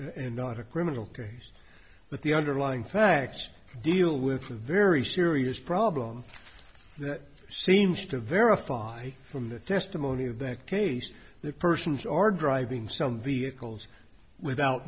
and not a criminal case but the underlying facts deal with a very serious problem that seems to verify from the testimony of that case that persons are driving some vehicles without